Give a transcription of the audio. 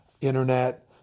internet